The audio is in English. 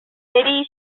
city